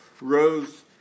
...rose